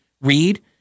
read